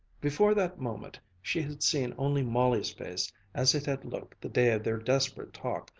before that moment she had seen only molly's face as it had looked the day of their desperate talk,